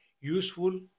useful